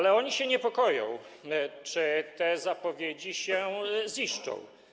Jednak oni się niepokoją, czy te zapowiedzi się ziszczą.